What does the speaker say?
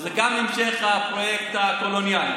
שגם זה המשך הפרויקט הקולוניאלי.